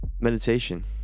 Meditation